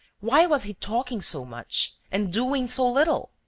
why was he talking so much and doing so little?